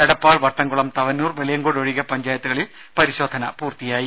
എടപ്പാൾ വട്ടംകുളം തവനൂർ വെളിയങ്കോട് ഒഴികെ പഞ്ചായത്തുകളിൽ പരിശോധന പൂർത്തിയായി